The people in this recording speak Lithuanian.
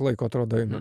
laiko atrodo eina